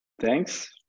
Thanks